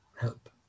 help